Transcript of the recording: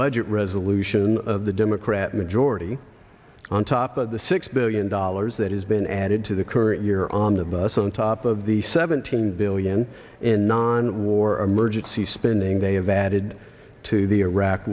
budget resolution of the democrat majority on top of the six billion dollars that has been added to the current year on the bus on top of the seventeen billion in non war emergency spending they have added to the iraq